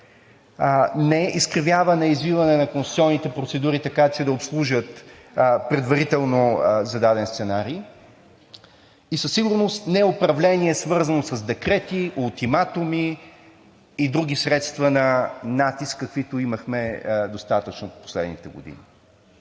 не изкривяване и извиване на конституционните процедури, така че да обслужат предварително зададен сценарий и със сигурност не управление, свързано с декрети, ултиматуми и други средства на натиск, каквито имахме достатъчно последните години.